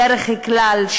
בדרך כלל,